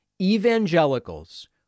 evangelicals